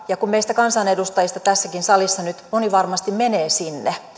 ja kun meistä kansanedustajista tässäkin salissa nyt moni varmasti menee sinne